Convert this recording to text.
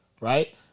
right